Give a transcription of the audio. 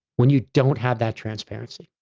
when you don't have that transparency,